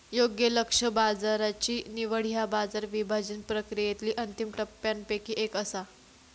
योग्य लक्ष्य बाजाराची निवड ह्या बाजार विभाजन प्रक्रियेतली अंतिम टप्प्यांपैकी एक असा